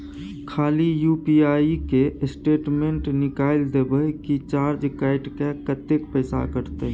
खाली U P statement निकाइल देबे की चार्ज कैट के, कत्ते पैसा कटते?